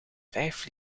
vijf